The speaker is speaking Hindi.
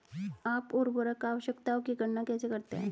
आप उर्वरक आवश्यकताओं की गणना कैसे करते हैं?